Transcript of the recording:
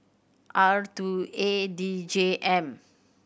R two A D J M